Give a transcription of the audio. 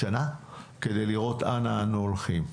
כדי לראות אנה אנו הולכים.